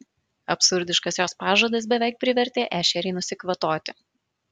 absurdiškas jos pažadas beveik privertė ešerį nusikvatoti